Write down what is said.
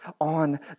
on